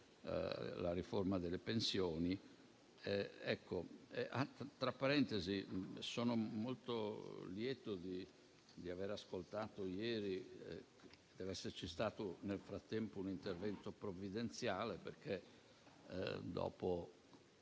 la riforma delle pensioni. Tra parentesi, sono molto lieto di quello che ho ascoltato ieri: dev'esserci stato nel frattempo un intervento provvidenziale perché, dopo